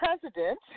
president